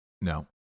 No